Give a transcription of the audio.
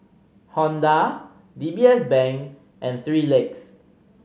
Honda D B S Bank and Three Legs